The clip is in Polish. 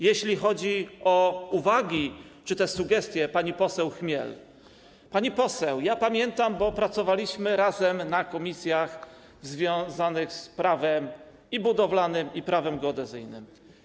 Jeśli chodzi o uwagi czy też sugestie pani poseł Chmiel - pani poseł, pamiętam, bo pracowaliśmy razem w komisjach związanych i z prawem budowlanym, i z prawem geodezyjnym.